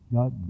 God